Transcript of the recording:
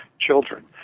children